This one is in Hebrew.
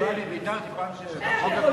לא, אני ויתרתי, פעם,